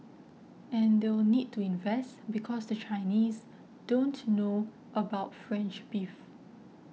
and they'll need to invest because the Chinese don't know about French beef